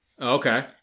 Okay